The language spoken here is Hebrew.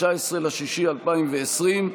19 ביוני 2020,